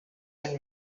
and